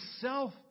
self